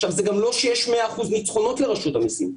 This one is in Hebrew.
עכשיו, זה גם לא שיש 100% ניצחונות לרשות המיסים.